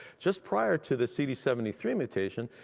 just prior to the c d seven three mutation,